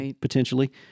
potentially